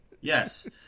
Yes